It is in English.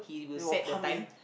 they will pump in